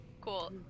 Cool